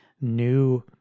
new